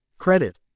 Credit